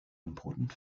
important